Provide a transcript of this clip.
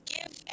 Give